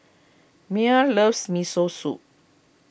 Mia loves Miso Soup